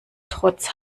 trotz